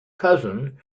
cousin